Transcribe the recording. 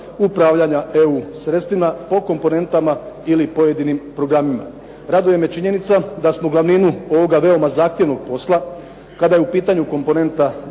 upravljanja EU sredstvima po komponentama ili pojedinim programima. Raduje me činjenica da smo glavninu ovoga veoma zahtjevnog posla kada je u pitanju komponenta